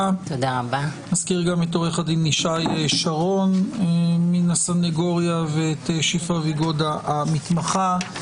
נזכיר גם את עו"ד ישי שרון מן הסנגוריה ואת שפרה ויגודה המתמחה.